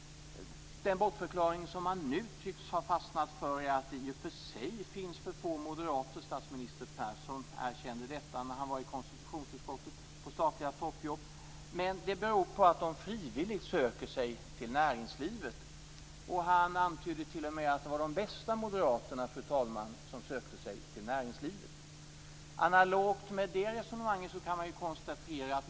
Den bortförklaring som man nu tycks ha fastnat för är att det i och för sig finns för få moderater på statliga toppjobb - statsminister Persson erkände detta när han var i konstitutionsutskottet - men det beror på att de frivilligt söker sig till näringslivet. Han antydde t.o.m., fru talman, att de bästa moderaterna sökte sig till näringslivet. Analogt med det resonemanget kan man konstatera följande.